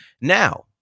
Now